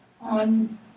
on